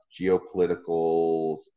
geopoliticals